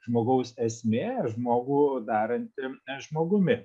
žmogaus esmė žmogų daranti žmogumi